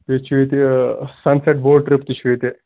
بیٚیہِ چھُ ییٚتہِ سَن سٮ۪ٹ بوٹ ٹرٕپ تہِ چھُ ییٚتہِ